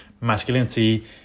masculinity